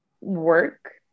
work